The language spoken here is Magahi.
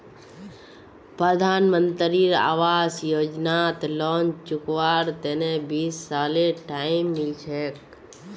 प्रधानमंत्री आवास योजनात लोन चुकव्वार तने बीस सालेर टाइम मिल छेक